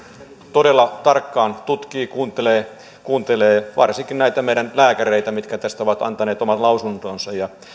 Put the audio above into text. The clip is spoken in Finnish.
todella tarkkaan tutkii ja kuuntelee varsinkin näitä meidän lääkäreitä mitkä tästä ovat antaneet omat lausuntonsa